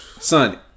Son